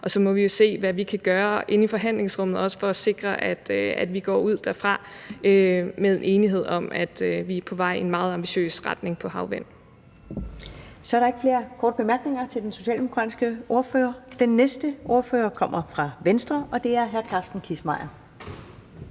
og så må vi jo se, hvad vi kan gøre inde i forhandlingsrummet, også for at sikre, at vi går ud derfra med en enighed om, at vi er på vej i en meget ambitiøs retning, for så vidt angår havvind. Kl. 12:04 Første næstformand (Karen Ellemann): Så er der ikke flere korte bemærkninger til den socialdemokratiske ordfører. Den næste ordfører kommer fra Venstre, og det er hr. Carsten Kissmeyer.